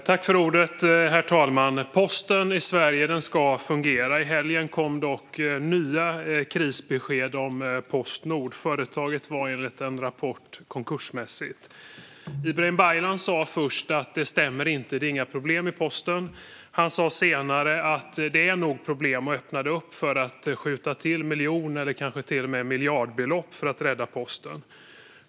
Herr talman! Posten i Sverige ska fungera. I helgen kom dock nya krisbesked om Postnord. Företaget var enligt en rapport konkursmässigt. Ibrahim Baylan sa först att detta inte stämmer; det är inga problem med posten. Han sa senare att det nog är problem och öppnade för att skjuta till miljon eller kanske till och med miljardbelopp för att rädda posten.